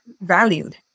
valued